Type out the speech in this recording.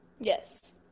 Yes